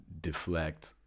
deflect